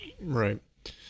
Right